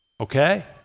Okay